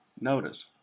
notice